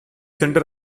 centre